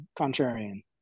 contrarian